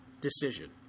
decision